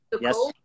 yes